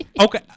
okay